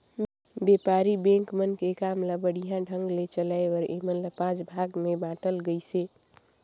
बेपारी बेंक मन के काम ल बड़िहा ढंग ले चलाये बर ऐमन ल पांच भाग मे बांटल गइसे